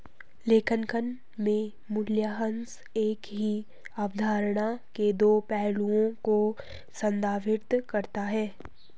लेखांकन में मूल्यह्रास एक ही अवधारणा के दो पहलुओं को संदर्भित करता है